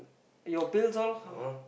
your bills all how